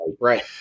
Right